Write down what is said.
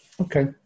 Okay